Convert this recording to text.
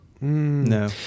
No